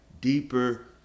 deeper